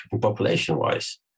population-wise